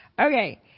Okay